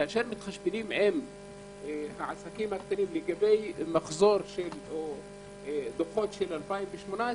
כשמתחשבנים עם העסקים הקטנים לגבי דוחות של 2018,